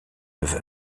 neuf